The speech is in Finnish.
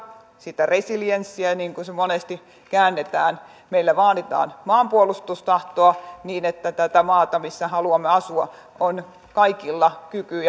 sitä resilienssiä niin kuin se monesti käännetään meiltä vaaditaan maanpuolustustahtoa niin että tätä maata missä haluamme asua on kaikilla kyky